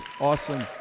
awesome